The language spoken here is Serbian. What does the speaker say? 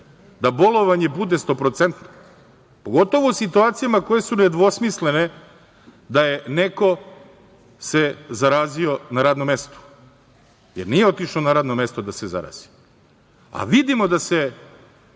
da bolovanje bude 100%, pogotovo u situacijama koje su nedvosmislene da se neko zarazio na radnom mestu, jer nije otišao na radno mesto da se zarazi, a vidimo da se